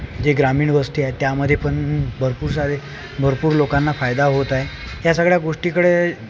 जे ग्रामीण वस्ती आहेत त्यामध्ये पण भरपूर सारे भरपूर लोकांना फायदा होत आहे या सगळ्या गोष्टीकडे